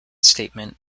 statement